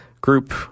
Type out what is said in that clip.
group